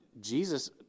Jesus